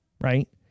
right